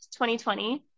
2020